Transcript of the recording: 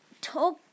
talk